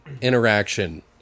interaction